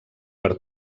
per